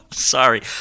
Sorry